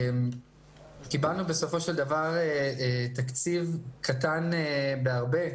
קיבלנו בסופו של דבר תקציב קטן בהרבה.